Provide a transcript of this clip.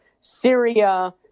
Syria